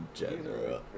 general